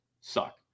suck